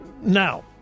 Now